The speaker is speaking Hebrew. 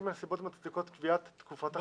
הנסיבות המצדיקות קביעת תקופת החירום.